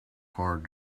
hard